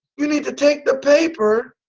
you need to take the paper